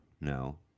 No